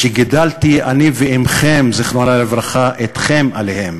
שגידלנו, אני ואמכם, זיכרונה לברכה, אתכם עליהם: